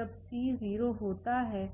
रूपांतरीत होते है